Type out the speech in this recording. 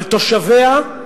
על תושביה,